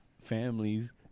families